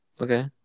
Okay